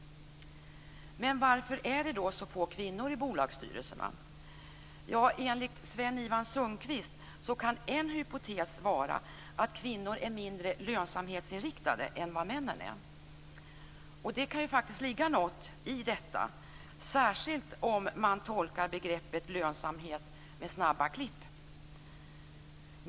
Men varför är det då så få kvinnor i bolagsstyrelserna? Enligt Sven-Ivan Sundqvist kan en hypotes vara att kvinnor är mindre lönsamhetsinriktade än vad männen är. Det kan ju faktiskt ligga något i detta, särskilt om man tolkar begreppet lönsamhet som snabba klipp.